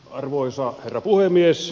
arvoisa herra puhemies